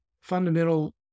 fundamental